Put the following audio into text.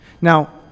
now